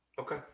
Okay